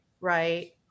Right